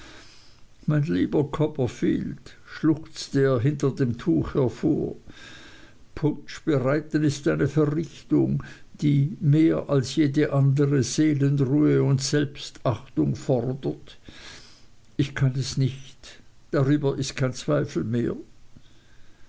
mein lieber copperfield schluchzte er hinter dem tuch hervor punsch bereiten ist eine verrichtung die mehr als jede andere seelenruhe und selbstachtung erfordert ich kann es nicht darüber ist kein zweifel mehr